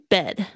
Bed